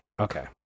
Okay